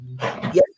Yes